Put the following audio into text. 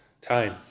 time